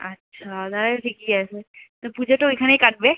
আচ্ছা তাহলে তো ঠিকই আছে তো পূজা তো ওইখানেই কাটবে